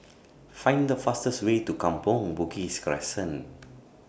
Find The fastest Way to Kampong Bugis Crescent